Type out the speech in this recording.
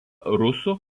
rusų